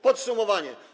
Podsumowanie.